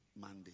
Monday